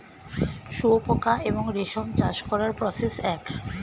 শুয়োপোকা এবং রেশম চাষ করার প্রসেস এক